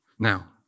Now